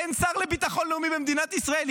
אין שר לביטחון לאומי במדינת ישראל.